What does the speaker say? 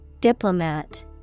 Diplomat